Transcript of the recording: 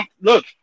Look